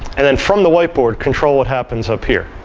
and then from the whiteboard, control what happens up here.